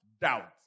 doubt